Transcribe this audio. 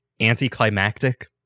anticlimactic